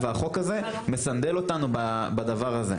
והחוק הזה מסנדל אותנו בדבר הזה.